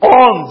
on